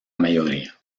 mayoría